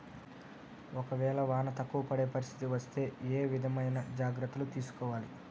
ఒక వేళ వాన తక్కువ పడే పరిస్థితి వస్తే ఏ విధమైన జాగ్రత్తలు తీసుకోవాలి?